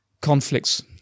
conflicts